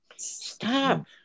stop